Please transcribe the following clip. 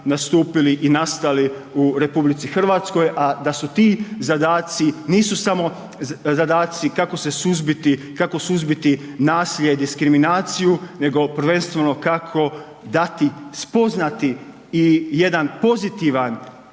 nastupili i nastali u RH a da su ti zadaci, nisu samo zadaci kako se suzbiti, kako suzbiti nasilje i diskriminaciju nego prvenstveno kako dati, spoznati i jedan pozitivan